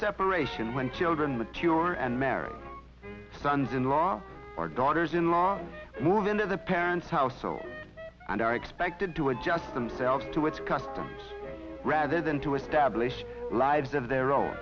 separation when children mature and marry sons in law our daughters in law move into their parents households and are expected to adjust themselves to its customs rather than to establish lives of their own